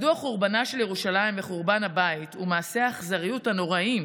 מדוע חורבנה של ירושלים וחורבן הבית ומעשי האכזריות הנוראיים